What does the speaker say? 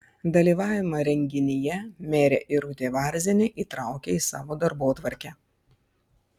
dalyvavimą renginyje merė irutė varzienė įtraukė į savo darbotvarkę